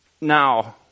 Now